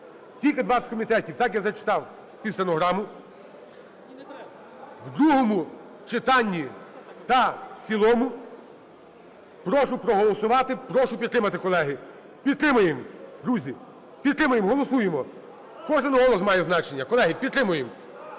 тільки 20 комітетів – так я зачитав під стенограму. В другому читанні та в цілому прошу проголосувати, прошу підтримати, колеги. Підтримуємо, друзі, підтримуємо, голосуємо. Кожен голос має значення, колеги, підтримуємо,